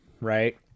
right